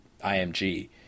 IMG